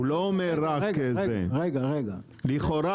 לכאורה,